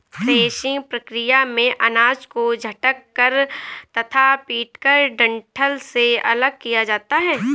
threshing प्रक्रिया में अनाज को झटक कर तथा पीटकर डंठल से अलग किया जाता है